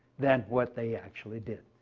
than what they actually did.